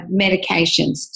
medications